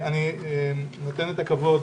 אני נותן את הכבוד